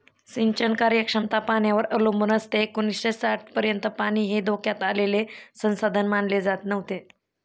सिंचन कार्यक्षमता पाण्यावर अवलंबून असते एकोणीसशे साठपर्यंत पाणी हे धोक्यात आलेले संसाधन मानले जात नव्हते